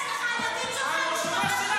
-- לא עמדתי בספסלים האחוריים ופלטתי שטויות.